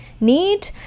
need